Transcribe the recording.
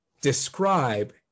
describe